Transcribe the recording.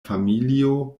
familio